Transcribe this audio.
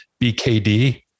BKD